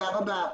תודה רבה.